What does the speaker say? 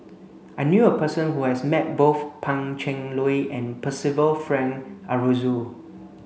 I knew a person who has met both Pan Cheng Lui and Percival Frank Aroozoo